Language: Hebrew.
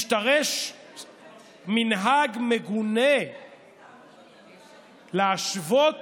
השתרש מנהג מגונה להשוות